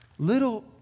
Little